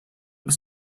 was